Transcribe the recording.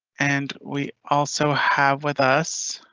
and we also have with us.